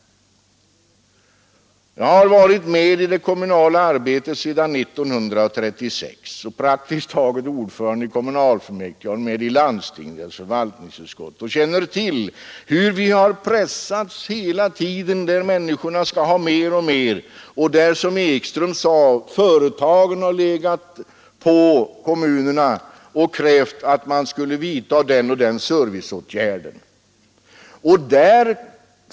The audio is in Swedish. Jag har varit med i det kommunala arbetet sedan 1936 och praktiskt taget hela tiden varit ordförande i kommunalfullmäktige, jag har varit med i landstingets förvaltningsutskott och känner till hur vi pressats när människorna vill ha mer och mer. Som herr Ekström sade har företagen krävt att kommunerna skulle vidta den och den serviceåtgärden.